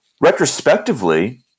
retrospectively